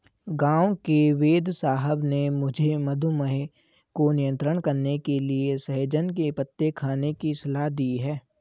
गांव के वेदसाहब ने मुझे मधुमेह को नियंत्रण करने के लिए सहजन के पत्ते खाने की सलाह दी है